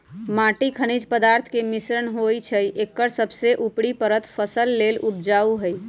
माटी खनिज पदार्थ के मिश्रण होइ छइ एकर सबसे उपरी परत फसल लेल उपजाऊ होहइ